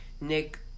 Nick